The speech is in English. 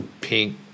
pink